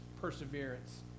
perseverance